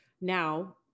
now